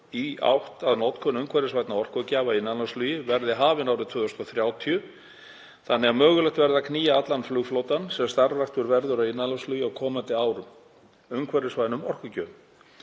í átt að notkun umhverfisvænna orkugjafa í innanlandsflugi verði hafin árið 2030, þannig að mögulegt verði að knýja allan flugflotann, sem starfræktur verður í innanlandsflugi á komandi árum, umhverfisvænum orkugjöfum.